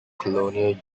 colonial